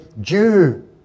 Jew